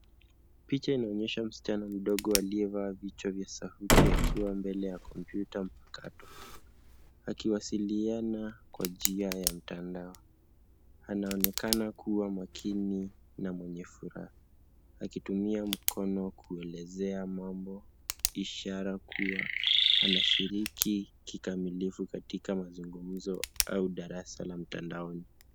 Picha inaonyesha msichana mdogo aliyevaa vichwa vya sauti akiwa mbele ya kompyuta mpakato akiwasiliana kwa njia ya mtandao. Anaonekana kuwa makini na mwenye furaha akitumia mkono kuelezea mambo ishara kuwa anashiriki kikamilifu katika mazungumzo au darasa la mtandaoni.